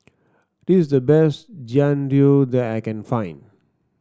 this is the best Jian Dui that I can find